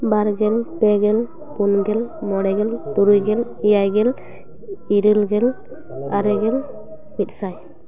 ᱵᱟᱨ ᱜᱮᱞ ᱯᱮ ᱜᱮᱞ ᱯᱩᱱ ᱜᱮᱞ ᱢᱚᱬᱮ ᱜᱮᱞ ᱛᱩᱨᱩᱭ ᱜᱮᱞ ᱮᱭᱟᱭ ᱜᱮᱞ ᱤᱨᱟᱹᱞ ᱜᱮᱞ ᱟᱨᱮ ᱜᱮᱞ ᱢᱤᱫ ᱥᱟᱭ